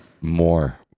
More